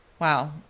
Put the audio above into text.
wow